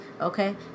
Okay